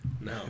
No